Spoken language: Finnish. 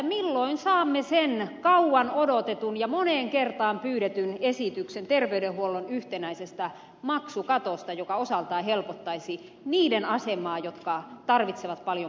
milloin saamme sen kauan odotetun ja moneen kertaan pyydetyn esityksen terveydenhuollon yhtenäisestä maksukatosta joka osaltaan helpottaisi niiden asemaa jotka tarvitsevat paljon palveluja